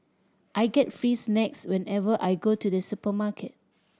I get free snacks whenever I go to the supermarket